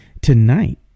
tonight